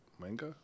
manga